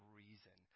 reason